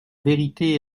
vérité